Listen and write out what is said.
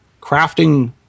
crafting